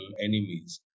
enemies